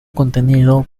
contenido